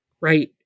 Right